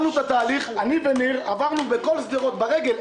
אני וניר שוחט עברנו בכל שדרות ברגל,